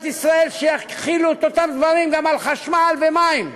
ישראל שיחילו את אותם דברים גם על חשמל ומים.